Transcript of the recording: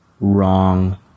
wrong